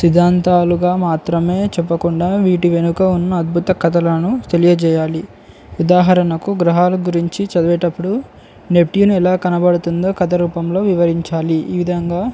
సిద్ధాంతాలుగా మాత్రమే చెప్పకుండా వీటి వెనుక ఉన్న అద్భుత కథలను తెలియజేయాలి ఉదాహరణకు గ్రహాల గురించి చదివేటప్పుడు నెప్ట్యూన్ ఎలా కనబడుతుందో కథ రూపంలో వివరించాలి ఈ విధంగా